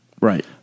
right